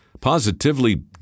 positively